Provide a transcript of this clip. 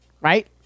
right